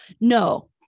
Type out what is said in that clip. No